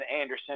Anderson